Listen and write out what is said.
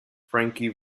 frankie